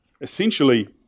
Essentially